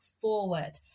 forward